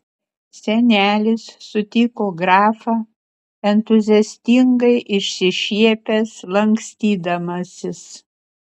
senelis sutiko grafą entuziastingai išsišiepęs lankstydamasis